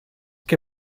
que